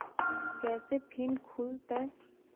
कैसे फिन खुल तय?